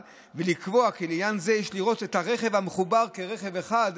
ולקבוע כי לעניין זה יש לראות את הרכב המחובר כרכב אחד,